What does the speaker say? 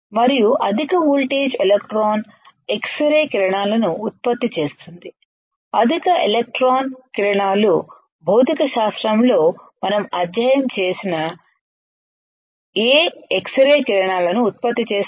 మరియు అధిక voltage electron X ray కిరణాలను ఉత్పత్తి చేస్తుంది అధిక ఎలక్ట్రాన్ కిరణాలు భౌతిక శాస్త్రంలో మనం అధ్యయనం చేసిన ఏ ఎక్స్ రే కిరణాలను ఉత్పత్తి చేస్తాయి